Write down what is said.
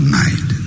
night